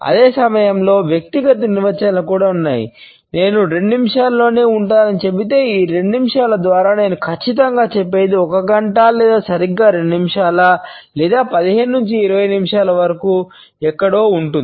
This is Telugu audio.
అదే సమయంలో వ్యక్తిగత నిర్వచనాలు కూడా ఉన్నాయి నేను 2 నిమిషాల్లోనే ఉంటానని చెబితే ఈ 2 నిముషాల ద్వారా నేను ఖచ్చితంగా చెప్పేది 1 గంట లేదా సరిగ్గా 2 నిమిషాలు లేదా 15 నుండి 20 నిమిషాల వరకు ఎక్కడో ఉంటుంది